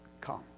come